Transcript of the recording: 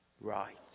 right